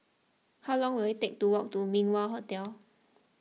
how long will it take to walk to Min Wah Hotel